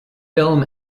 film